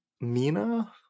Mina